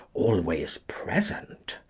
always present,